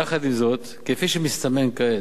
יחד עם זאת, כפי שמסתמן כעת,